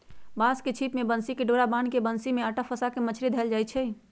बांस के छिप में बन्सी कें डोरा बान्ह् के बन्सि में अटा फसा के मछरि धएले जाइ छै